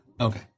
Okay